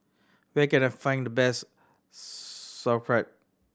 where can I find the best Sauerkraut